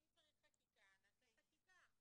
אם צריך חקיקה, נעשה חקיקה.